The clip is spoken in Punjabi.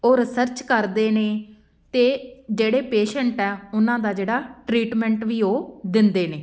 ਉਹ ਰਿਸਰਚ ਕਰਦੇ ਨੇ ਅਤੇ ਜਿਹੜੇ ਪੇਸ਼ੈਂਟ ਆ ਉਹਨਾਂ ਦਾ ਜਿਹੜਾ ਟ੍ਰੀਟਮੈਂਟ ਵੀ ਉਹ ਦਿੰਦੇ ਨੇ